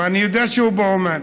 אני יודע שהוא בעומאן,